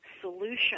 solution